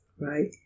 right